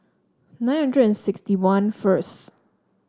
nine hundred and sixty one first